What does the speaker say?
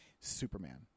Superman